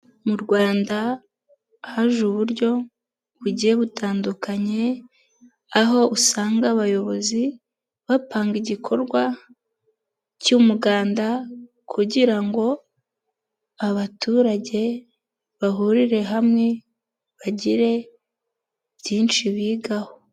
Mu Rwanda haje uburyo bugiye butandukanye, aho usanga abayobozi bapanga igikorwa cy'umuganda kugira ngo abaturage bahurire hamwe bagire byinshi bigaho.